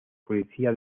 policía